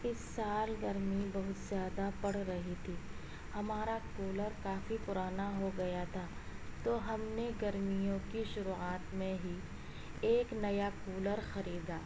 اس سال گرمی بہت زیادہ پڑ رہی تھی ہمارا کولر کافی پرانا ہو گیا تھا تو ہم نے گرمیوں کی شروعات میں ہی ایک نیا کولر خریدا